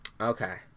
Okay